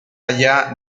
allá